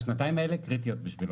השנתיים האלה קריטיות בשבילו,